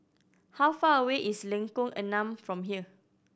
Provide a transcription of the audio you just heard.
how far away is Lengkong Enam from here